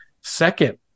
second